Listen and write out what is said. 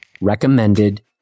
recommended